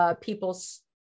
people's